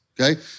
okay